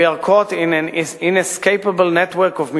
We are caught in an inescapable network of mutuality,